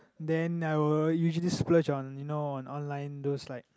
then I will usually splurge on you know on online those like